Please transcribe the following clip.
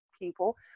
people